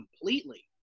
completely